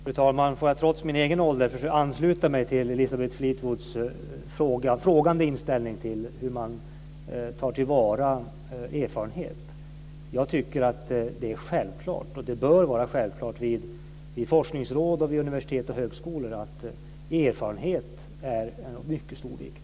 Fru talman! Får jag trots min egen ålder ansluta mig till Elisabeth Fleetwoods frågande inställning till hur man tar tillvara erfarenhet. Jag tycker att det är självklart, och det bör vara självklart i forskningsråd och vid universitet och högskolor, att erfarenhet är av mycket stor vikt.